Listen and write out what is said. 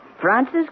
Francis